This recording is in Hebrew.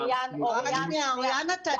סליחה, סליחה, אוריין, אוריין, דקה.